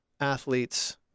athletes